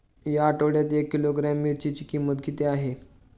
या आठवड्यात एक किलोग्रॅम मिरचीची किंमत किती आहे?